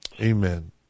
Amen